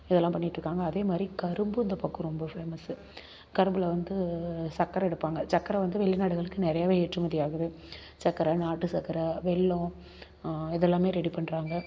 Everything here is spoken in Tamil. இதெல்லாம் பண்ணிட்டுருக்காங்க அதே மாதிரி கரும்பு இந்தப்பக்கம் ரொம்ப ஃபேமஸ் கரும்பில் வந்து சக்கரை எடுப்பாங்க சக்கரை வந்து வெளிநாடுகளுக்கு நிறையாவே ஏற்றுமதி ஆகுது சக்கரை நாட்டுச்சக்கரை வெல்லம் இது எல்லாம் ரெடி பண்ணுறாங்க